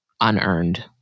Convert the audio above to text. unearned